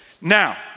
Now